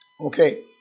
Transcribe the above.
okay